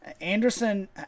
Anderson